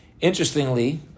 Interestingly